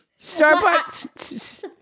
Starbucks